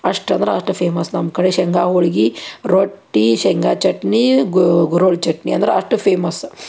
ಅಷ್ಟು ಅಂದ್ರೆ ಅಷ್ಟು ಫೇಮಸ್ ನಮ್ಮ ಕಡೆ ಶೇಂಗಾ ಹೋಳ್ಗೆ ರೊಟ್ಟಿ ಶೇಂಗಾ ಚಟ್ನಿ ಗುರೋಳ್ಳು ಚಟ್ನಿ ಅಂದ್ರೆ ಅಷ್ಟು ಫೇಮಸ್